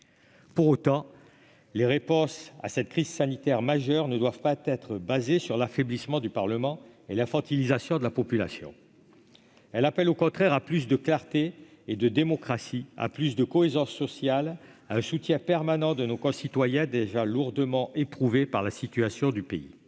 Pour autant, les réponses à cette crise sanitaire majeure ne doivent pas être fondées sur l'affaiblissement du Parlement et l'infantilisation de la population. Cette crise appelle, au contraire, à plus de clarté et de démocratie, à plus de cohésion sociale pour bénéficier d'un soutien permanent de nos concitoyens, déjà lourdement éprouvés par la situation du pays.